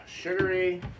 Sugary